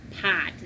pot